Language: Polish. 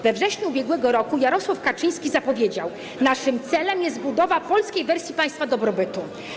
We wrześniu ub.r. Jarosław Kaczyński zapowiedział: „Naszym celem jest budowa polskiej wersji państwa dobrobytu”